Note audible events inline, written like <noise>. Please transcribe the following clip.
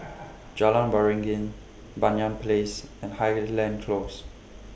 <noise> Jalan Waringin Banyan Place and Highland Close